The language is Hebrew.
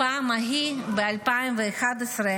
בפעם ההיא, ב-2011,